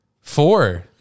Four